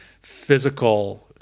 physical